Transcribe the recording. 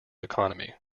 economy